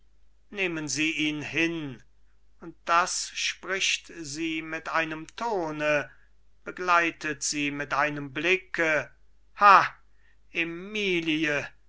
nehmen sie ihn hin und das spricht sie mit einem tone begleitet sie mit einem blick ha emilie